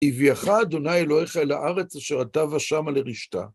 הביאך ה' אלוהיך אל הארץ אשר אתה בא שמה לרשתה.